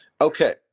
Okay